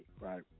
right